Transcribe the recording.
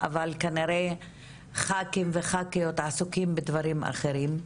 אבל כנראה ח"כים וח"כיות עסוקים בדברים אחרים.